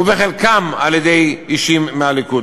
ובחלקן אישים מהליכוד.